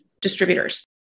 distributors